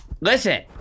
Listen